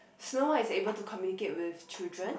Snow-White is able to communicate with children